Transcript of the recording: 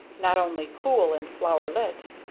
not only cool and flower-lit,